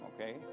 okay